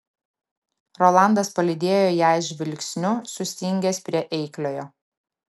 rolandas palydėjo ją žvilgsniu sustingęs prie eikliojo